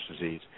disease